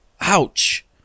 ouch